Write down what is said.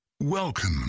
Welcome